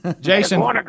Jason